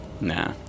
Nah